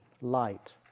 light